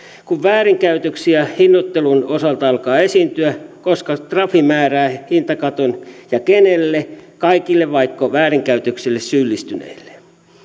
kun väärinkäytöksiä hinnoittelun osalta alkaa esiintyä koska trafi määrää hintakaton ja kenelle kaikille vaiko väärinkäytöksiin syyllistyneille